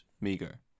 Meager